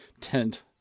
tent